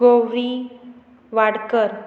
Gauri Wadkar